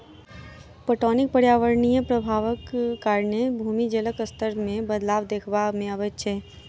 पटौनीक पर्यावरणीय प्रभावक कारणें भूमिगत जलक स्तर मे बदलाव देखबा मे अबैत अछि